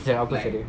apa sia dia